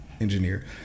engineer